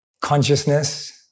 consciousness